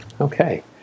Okay